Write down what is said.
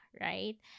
right